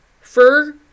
fur